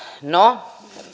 no